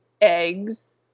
eggs